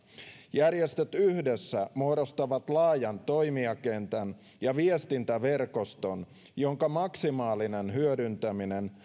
järjestöt yhdessä muodostavat laajan toimijakentän ja viestintäverkoston jonka maksimaalinen hyödyntäminen